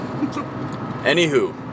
anywho